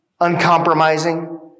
uncompromising